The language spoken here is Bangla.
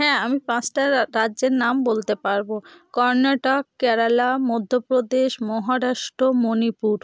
হ্যাঁ আমি পাঁশটা রাজ্যের নাম বলতে পারবো কর্ণাটক কেরালা মধ্যপ্রদেশ মহারাষ্ট্র মণিপুর